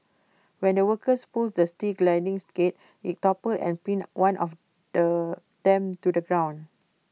when the workers pulled the steel sliding gate IT toppled and pinned one of the them to the ground